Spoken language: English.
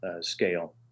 scale